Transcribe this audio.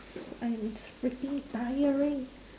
I'm s~ freaking tiring